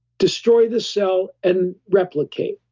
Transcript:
destroy the cell, and replicate.